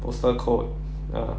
postal code